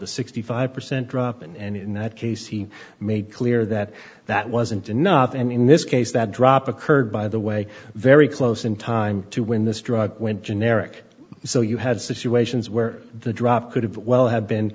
a sixty five percent drop and in that case he made clear that that wasn't enough and in this case that drop occurred by the way very close in time to when this drug went generic so you had situations where the drop could have well have